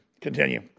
Continue